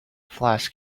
flask